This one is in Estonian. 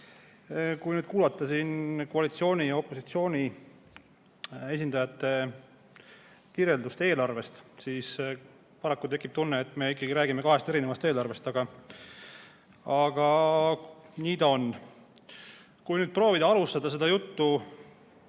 Kuulates siin koalitsiooni ja opositsiooni esindajate kirjeldust eelarvest, siis paraku tekib tunne, et me räägime kahest erinevast eelarvest, aga nii ta on. Kui nüüd proovida alustada seda juttu